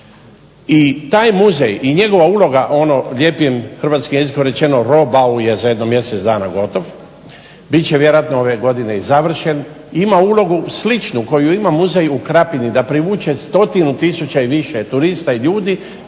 I taj muzej i njegova uloga ono lijepim hrvatskim jezikom rečeno roh bau je za jedno mjesec dana gotov. Bit će vjerojatno ove godine i završen. Ima ulogu sličnu koju ima Muzej u Krapini da privuče stotinu tisuća i više turista i ljudi.